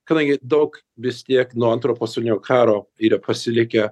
kadangi daug vistiek nuo antro pasaulinio karo ir pasilikę